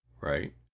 Right